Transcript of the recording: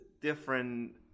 different